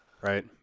Right